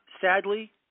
sadly